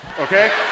Okay